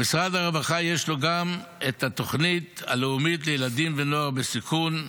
למשרד הרווחה יש גם את התוכנית הלאומית לילדים ונוער בסיכון.